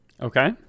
okay